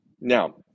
now